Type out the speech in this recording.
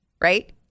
right